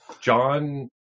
John